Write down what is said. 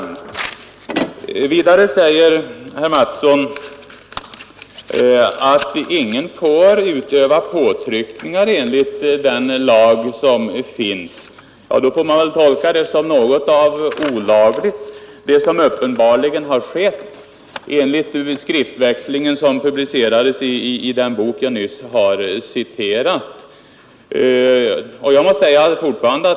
Herr Mattsson säger också att ingen får utöva påtryckningar enligt den lag som finns. Då får man väl tolka det som något av olaglighet det som uppenbarligen har skett enligt skriftväxlingen som publicerades i den bok som jag nyss har citerat ur.